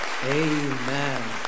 Amen